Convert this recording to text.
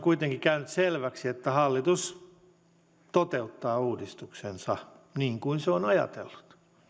kuitenkin käynyt selväksi että hallitus toteuttaa uudistuksensa niin kuin se on ajatellut